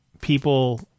people